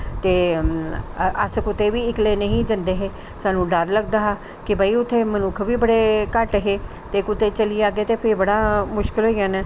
ते अस कुतै बी इक्कले नेई ही जंदे हे स्हानू डर लगदा हा के भाई उत्थै मनुक्ख बी बडे़ घट्ट हे ते कुतै चली जाह्गे ते फिह् बड़ा मुश्किल होई जाना